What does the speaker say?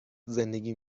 زندگی